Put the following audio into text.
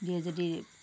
দিয়ে যদি